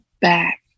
back